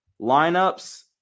lineups